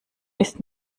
ist